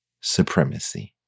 supremacy